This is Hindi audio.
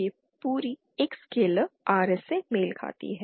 यह पूरी एक स्केलर Rs से मेल खाती है